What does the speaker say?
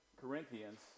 Corinthians